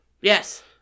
Yes